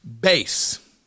Base